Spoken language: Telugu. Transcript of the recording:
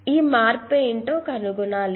కాబట్టి ఈ మార్పు ఏమిటి అని కనుగొనండి